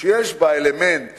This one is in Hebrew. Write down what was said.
שיש בה אלמנט